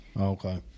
okay